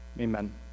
Amen